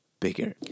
bigger